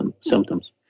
symptoms